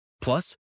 Plus